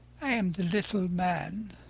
am the little man,